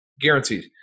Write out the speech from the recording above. Guaranteed